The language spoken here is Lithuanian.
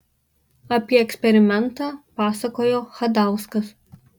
apie eksperimentą pasakojo chadauskas